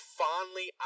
fondly